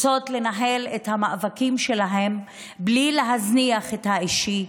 רוצות לנהל את המאבקים שלהן בלי להזניח את האישי,